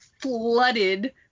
flooded